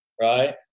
right